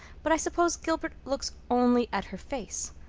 but i suppose gilbert looks only at her face.